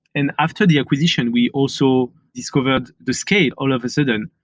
and after the acquisition, we also discovered the scale all of a sudden,